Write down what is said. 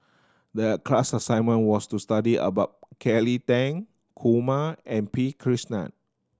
the class assignment was to study about Kelly Tang Kumar and P Krishnan